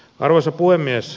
arvoisa puhemies